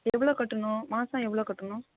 எவ்வளோ கட்டணும் மாதம் எவ்வளோ கட்டணும்